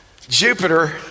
Jupiter